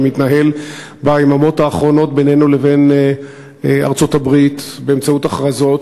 שמתנהל ביממות האחרונות בינינו לבין ארצות-הברית באמצעות הכרזות.